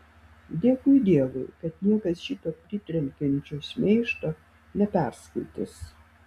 dėkui dievui kad niekas šito pritrenkiančio šmeižto neperskaitys